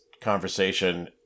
conversation